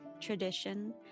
tradition